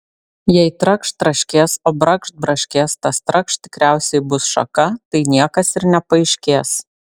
jei trakšt traškės o brakšt braškės tas trakšt tikriausiai bus šaka tai niekas ir nepaaiškės